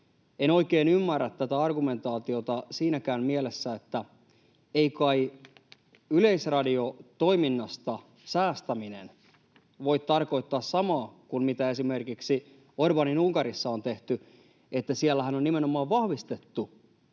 En oikein ymmärrä tätä argumentaatiota siinäkään mielessä, että ei kai yleisradiotoiminnasta säästäminen voi tarkoittaa samaa kuin mitä esimerkiksi Orbánin Unkarissa on tehty. Siellähän on nimenomaan vahvistettu